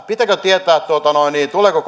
pitääkö tietää tuleeko